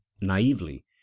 naively